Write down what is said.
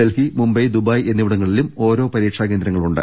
Delhi Mumbai Dubai എന്നിവിടങ്ങളിലും ഓരോ പരീക്ഷാകേന്ദ്രമുണ്ട്